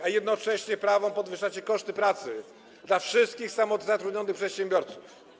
a jednocześnie prawą podwyższacie koszty pracy dla wszystkich samozatrudnionych przedsiębiorców.